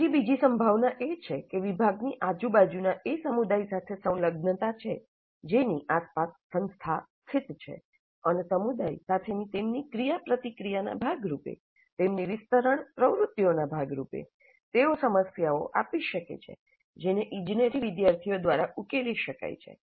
હજી બીજી સંભાવના એ છે કે વિભાગની આજુબાજુના એ સમુદાય સાથે સંલગ્નતા છે જેની આસપાસ સંસ્થા સ્થિત છે અને સમુદાય સાથેની તેમની ક્રિયાપ્રતિક્રિયાના ભાગ રૂપે તેમની વિસ્તરણ પ્રવૃત્તિઓના ભાગ રૂપે તેઓ સમસ્યાઓ આપી શકે છે જેને ઇજનેરી વિદ્યાર્થીઓ દ્વારા ઉકેલી શકાય છે